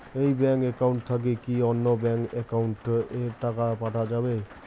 এই bank account থাকি কি অন্য কোনো ব্যাংক একাউন্ট এ কি টাকা পাঠা যাবে?